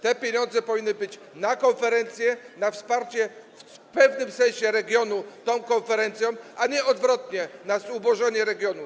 Te pieniądze powinny być na konferencję, na wsparcie w pewnym sensie regionu tą konferencją, a nie odwrotnie, na zubożanie regionu.